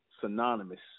synonymous